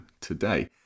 today